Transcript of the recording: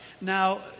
now